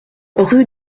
rue